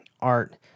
art